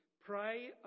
pray